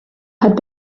had